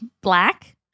black